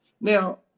Now